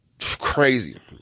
crazy